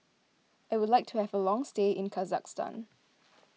I would like to have a long stay in Kazakhstan